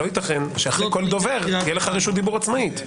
לא ייתכן שאחרי כל דובר תהיה לך רשות דיבור עצמאית.